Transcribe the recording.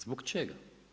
Zbog čega?